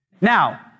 Now